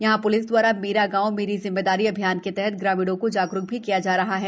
यहाँ पुलिस द्वारा मेरा गाँव मेरी जिम्मेदारी अभियान के तहत ग्रामीणों को जागरूक भी किया जा रहा है